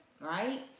right